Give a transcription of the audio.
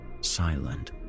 Silent